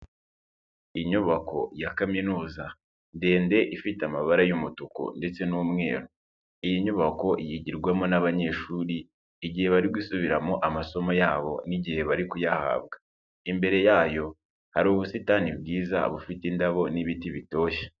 Inyubako ya kaminuza ndende ifite amabara y'umutuku ndetse n'umweru, iyi nyubako yigirwamo n'abanyeshuri igihe bari gusubiramo amasomo yabo n'igihe bari kuyahabwa, imbere yayo hari ubusitani bwiza bufite indabo n'ibiti bitoshye.